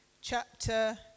chapter